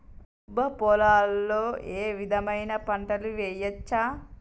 దుబ్బ పొలాల్లో ఏ విధమైన పంటలు వేయచ్చా?